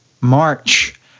March